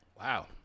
Wow